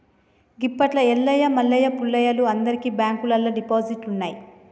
గిప్పట్ల ఎల్లయ్య మల్లయ్య పుల్లయ్యలు అందరికి బాంకుల్లల్ల డిపాజిట్లున్నయ్